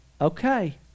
Okay